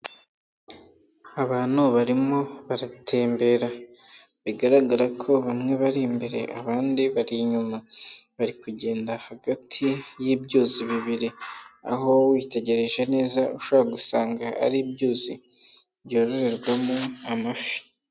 Abantu barimo baratembera. Bigaragara ko bamwe bari imbere abandi bari inyuma. Bari kugenda hagati y'ibyuzi bibiri. Aho witegereje neza ushobora gusanga ari ibyuzi byororerwamo amafi.